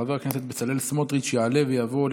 חבר הכנסת בצלאל סמוטריץ', יעלה ויבוא.